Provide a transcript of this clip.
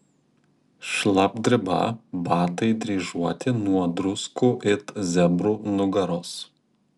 šlapdriba batai dryžuoti nuo druskų it zebrų nugaros